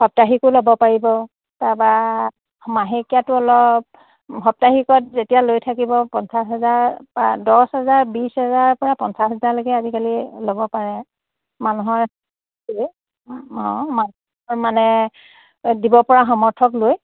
সাপ্তাহিকো ল'ব পাৰিব তাৰপৰা মাহেকীয়াটো অলপ সাপ্তাহিকত যেতিয়া লৈ থাকিব পঞ্চাছ হাজাৰৰ পৰা দছ হোজাৰ বিছ হেজাৰৰ পৰা পঞ্চাছ হাজাৰলৈকে আজিকালি ল'ব পাৰে মানুহৰ অঁ মানে দিব পৰা সামৰ্থক লৈ